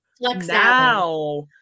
Now